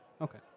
Okay